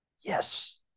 Yes